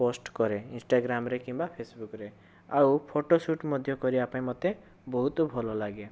post କରେ ଇନଷ୍ଟାଗ୍ରାମରେ କିମ୍ବା ଫେସବୁକରେ ଆଉ ଫୋଟୋସୁଟ୍ ମଧ୍ୟ କରିବା ପାଇଁ ମୋତେ ବହୁତ ଭଲ ଲାଗେ